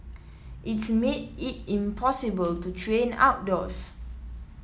it's made it impossible to train outdoors